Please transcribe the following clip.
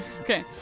okay